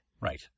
Right